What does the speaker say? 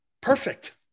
Perfect